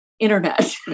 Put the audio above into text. internet